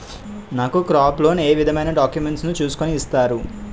నాకు crop loan ఏ విధమైన డాక్యుమెంట్స్ ను చూస్కుని ఇస్తారు?